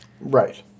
Right